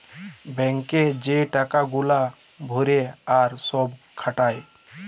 bank এ যে টাকা গুলা ভরে আর সব খাটায়